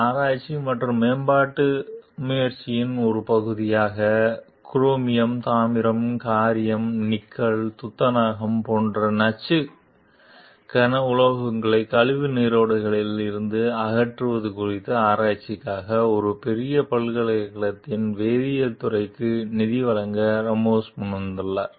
ஆராய்ச்சி மற்றும் மேம்பாட்டு முயற்சியின் ஒரு பகுதியாக குரோமியம் தாமிரம் காரீயம் நிக்கல் துத்தநாகம் போன்ற நச்சு கன உலோகங்களை கழிவு நீரோடைகளில் இருந்து அகற்றுவது குறித்த ஆராய்ச்சிக்காக ஒரு பெரிய பல்கலைக்கழகத்தின் வேதியியல் துறைக்கு நிதி வழங்க ராமோஸ் முன்வந்துள்ளார்